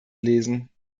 lesen